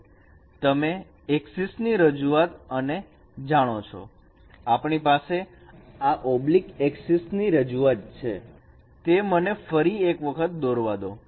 તમે એક્સિસ ની રજૂઆત અને જાણો છો આપણી પાસે આ ઓબ્લીક એક્સિસ ની રજૂઆત છે તે મને ફરી એક વખત દોરવા દો